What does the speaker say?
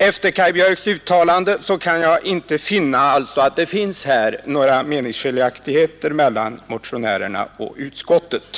Efter Kaj Björks uttalande kan jag alltså inte finna att det nu finns några meningsskiljaktigheter mellan motionärerna och utskottet.